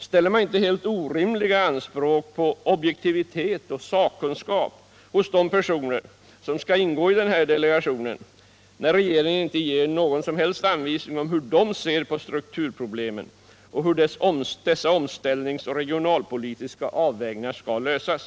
Ställer regeringen inte helt orimliga anspråk på objektivitet och sakkunskap hos de personer som skall ingå i delegationen, när man inte ger någon som helst anvisning om hur man ser på strukturproblemen och på hur dessa omställningar och regionalpolitiska avvägningar skall göras?